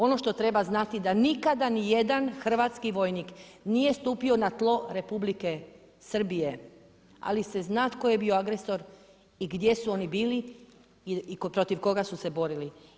Ono što treba znati, da nikada ni jedan hrvatski vojnik, nije stupio na tlo Republike Srbije, ali se zna tko je bio agresor i gdje su oni bili i protiv koga su se borili.